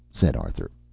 said arthur.